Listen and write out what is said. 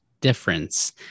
difference